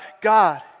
God